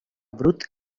brut